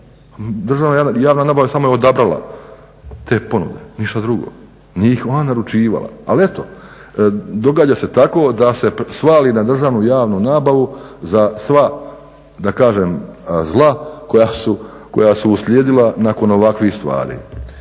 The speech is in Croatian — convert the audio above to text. Državna javna nabava je samo odabrala te ponude ništa drugo, nije ih ona naručivala. Ali eto događa se tako da se svali na državnu javnu nabavu za sva zla koja su uslijedila nakon ovakvih stvari.